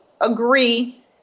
agree